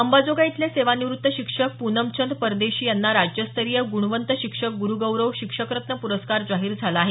अंबाजोगाई इथले सेवानिवृत्त शिक्षक पुनमचंद परदेशी यांना राज्यस्तरीय गुणवंत शिक्षक गुरूगौरव शिक्षकरत्न पुरस्कार जाहीर झाला आहे